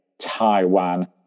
Taiwan